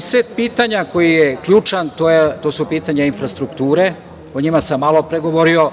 set pitanja koji je ključan, to su pitanja infrastrukture, o njima sam malopre govorio.